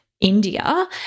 India